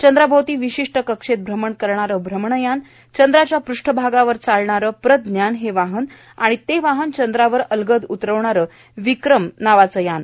चंद्राभोवती विशिष्ट कक्षेत अमण करणार अमणयान चंद्राच्या पृष्ठभागावर चालणारं प्रजान हे वाहन आणि ते वाहन चंद्रावर अलगद उतरवणारं विक्रम हे यान